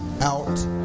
out